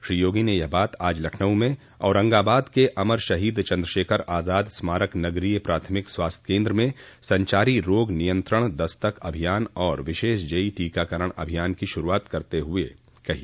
श्री योगी ने यह बात आज लखनऊ में औरंगाबाद के अमर शहीद चन्द्रशेखर आज़ाद स्मारक नगरीय प्राथमिक स्वास्थ्य केन्द्र में संचारी रोग नियंत्रण दस्तक अभियान और विशेष जेई टीकाकरण अभियान की शुरूआत करते हुए कही